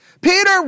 Peter